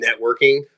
networking